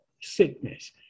sickness